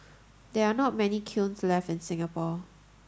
there are not many kilns left in Singapore